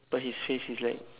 but his face is like